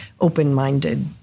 open-minded